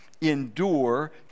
endure